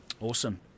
Awesome